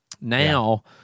Now